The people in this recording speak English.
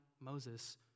Moses